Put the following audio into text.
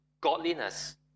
godliness